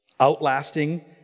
outlasting